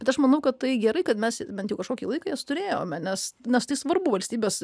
bet aš manau kad tai gerai kad mes bent jau kažkokį laiką jas turėjome nes nes tai svarbu valstybės